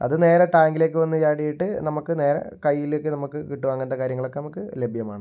അത് നേരെ ടാങ്കിലേക്ക് വന്ന് ചാടിയിട്ട് നമുക്ക് നേരെ കൈയിലേക്ക് നമുക്ക് കിട്ടും അങ്ങനത്തെ കാര്യങ്ങളൊക്കെ നമുക്ക് ലഭ്യമാണ്